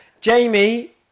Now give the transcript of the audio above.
Jamie